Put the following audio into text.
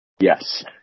Yes